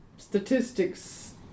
statistics